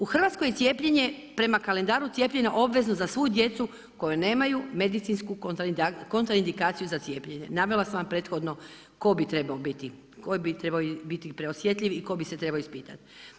U Hrvatskoj je cijepljenje prema kalendaru cijepljenja obvezno za svu djecu koja nemaju medicinski kontraindikaciju za cijepljenje, navela sam vam prethodno tko bi trebao biti preosjetljiv i tko bi se trebao ispitat.